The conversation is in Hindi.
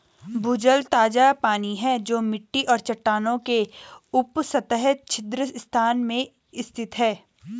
भूजल ताजा पानी है जो मिट्टी और चट्टानों के उपसतह छिद्र स्थान में स्थित है